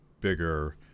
bigger